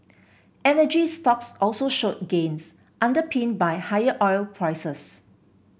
energy stocks also showed gains underpinned by higher oil prices